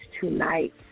tonight